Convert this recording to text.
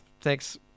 thanks